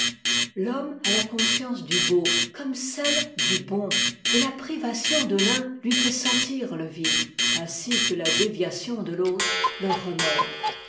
l'homme a la conscience du beau comme celle du bon et la privation de l'un lui fait sentir le vide ainsi que la déviation de l'autre le remords